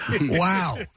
Wow